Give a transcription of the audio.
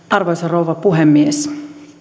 arvoisa rouva puhemies